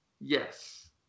Yes